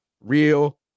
real